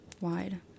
wide